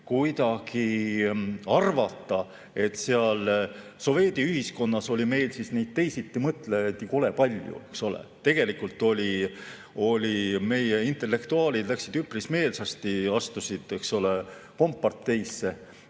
kuidagi arvata, et sovetiühiskonnas oli meil neid teisitimõtlejaid kole palju, eks ole. Tegelikult meie intellektuaalid läksid üpris meelsasti, astusid, eks ole, komparteisse,